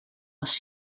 was